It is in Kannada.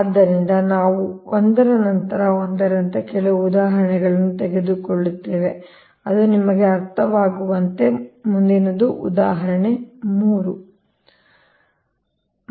ಆದ್ದರಿಂದ ನಾವು ಒಂದರ ನಂತರ ಒಂದರಂತೆ ಕೆಲವು ಉದಾಹರಣೆಗಳನ್ನು ತೆಗೆದುಕೊಳ್ಳುತ್ತೇವೆ ಅದು ನಿಮಗೆ ಅರ್ಥವಾಗುವಂತೆ ಮುಂದಿನ ಉದಾಹರಣೆ 3 ಆಗಿದೆ